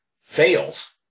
fails